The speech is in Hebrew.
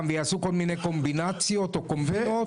ויעשו כל מיני קומבינציות או קומבינות,